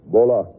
Bola